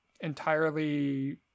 entirely